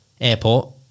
airport